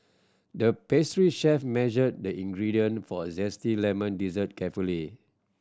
the pastry chef measured the ingredient for a zesty lemon dessert carefully